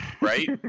Right